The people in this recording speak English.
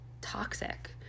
toxic